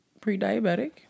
pre-diabetic